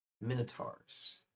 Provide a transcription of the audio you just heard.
Minotaurs